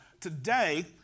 today